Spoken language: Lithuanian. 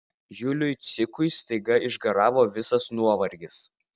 juliui cikui staiga išgaravo visas nuovargis